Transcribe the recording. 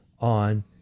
on